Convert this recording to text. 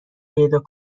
پیدا